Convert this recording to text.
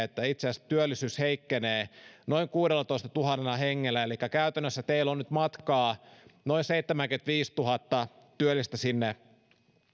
että itse asiassa työllisyys heikkenee noin kuudellatoistatuhannella hengellä eli käytännössä teillä on nyt matkaa noin seitsemänkymmentäviisituhatta työllistä sinne